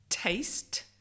taste